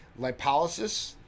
lipolysis